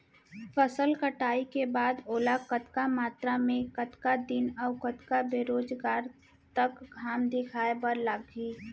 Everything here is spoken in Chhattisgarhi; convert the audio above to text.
फसल कटाई के बाद ओला कतका मात्रा मे, कतका दिन अऊ कतका बेरोजगार तक घाम दिखाए बर लागही?